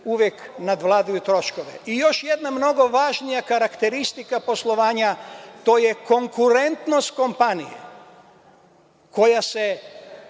uvek nadvladaju troškove. Još jedna mnogo važnija karakteristika poslovanja je konkurentnost kompanije koja se